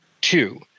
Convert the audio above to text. Two